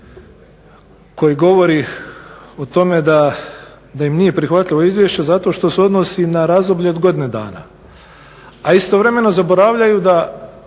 koji govori o tome da im nije prihvatljivo izvješće zato što se odnosi na razdoblje od godine dana. A istovremeno zaboravljaju da